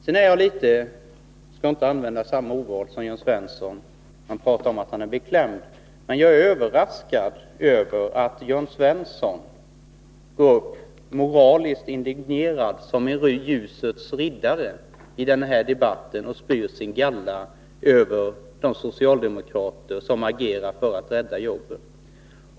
Sedan är jag litet överraskad — för att inte använda samma ordval som Jörn Svensson, som säger att han är beklämd — över att Jörn Svensson går upp i debatten moraliskt indignerad som en ljusets riddare och spyr sin galla över de socialdemokrater som agerar för att rädda jobben.